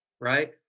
Right